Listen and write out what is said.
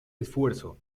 esfuerzo